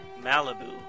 Malibu